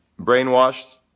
brainwashed